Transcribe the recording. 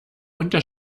unter